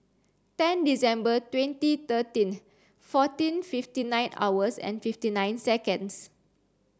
ten December twenty thirteen fourteen fifty nine hours and fifty nine seconds